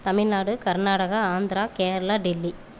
Tamil Nadu Karnataka Andhra Kerala Delhi